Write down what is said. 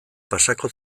pasako